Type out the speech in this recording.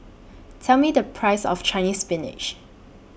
Tell Me The Price of Chinese Spinach